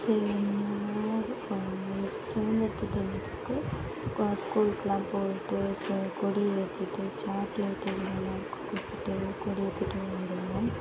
செ சுதந்திர தினத்துக்கு ஸ்கூலுக்கெலாம் போய்ட்டு சு கொடி ஏற்றிட்டு சாக்லேட் இதெலாம் எல்லோருக்கும் கொடுத்துட்டு கொடி ஏற்றிட்டு வருவோம்